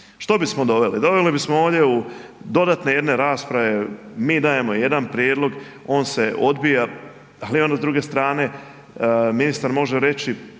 Što bismo doveli? Doveli bismo ovdje u dodatne jedne rasprave, mi dajemo jedan prijedlog on se odbija, ali ono s druge strane ministar može reći